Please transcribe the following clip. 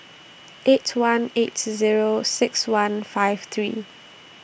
eight one eight Zero six one five three